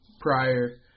prior